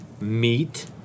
meat